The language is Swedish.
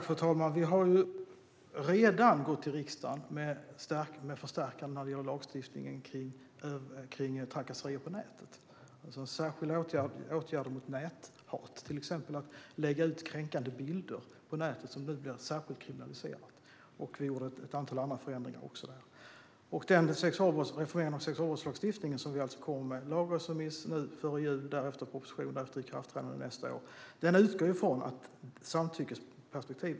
Fru talman! Vi har redan gått till riksdagen med förslag för att förstärka lagstiftningen i fråga om trakasserier på nätet, alltså särskilda åtgärder mot näthat. Till exempel blir det särskilt kriminaliserat att lägga ut kränkande bilder på nätet. Vi har gjort ett antal andra förändringar också. Reformeringen av sexualbrottslagstiftningen, som det kommer en lagrådsremiss om nu före jul och därefter en proposition och ikraftträdande nästa år, utgår från samtyckesperspektivet.